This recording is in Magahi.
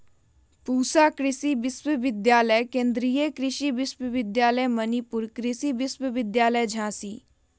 पूसा कृषि विश्वविद्यालय, केन्द्रीय कृषि विश्वविद्यालय मणिपुर, कृषि विश्वविद्यालय झांसी